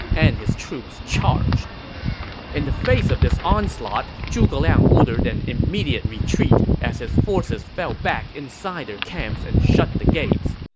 and his troops charged in the face of this onslaught, zhuge liang ordered an immediate retreat as his forces fell back inside their camps and shut the gates.